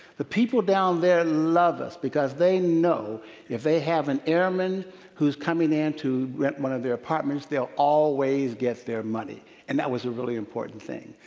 the people down there love us because they know that if they have an airmen who is coming in to rent one of their apartments, they'll always get their money. and that was a really important thing.